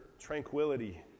tranquility